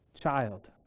child